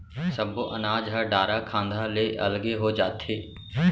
सब्बो अनाज ह डारा खांधा ले अलगे हो जाथे